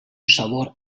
sabor